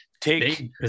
take